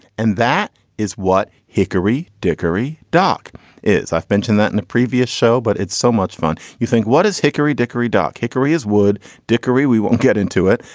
and that is what hickory dickory dock is. i've mentioned that in a previous show, but it's so much fun. you think what is hickory dickory dock? hickory is wood dickory? we won't get into it.